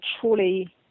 truly